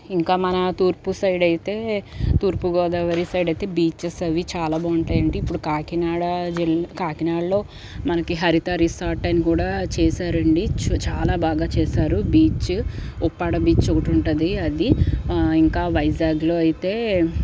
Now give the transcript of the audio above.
ఇంకా మన తూర్పు సైడ్ అయితే తూర్పుగోదావరి సైడయితే బీచెస్ అవి చాలా బాగుంటాయండి ఇప్పుడు కాకినాడ జి కాకినాడలో మనకి హరిత రిసార్ట్ అని కూడా చేశారండీ చాలా బాగా చేశారు బీచ్చు ఉప్పాడా బీచ్ ఒకటి ఉంటుంది అది ఇంకా వైజాగ్లో అయితే